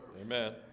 Amen